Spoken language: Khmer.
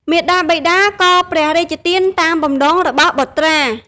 មាតាបិតាក៏ព្រះរាជទានតាមបំណងរបស់បុត្រា។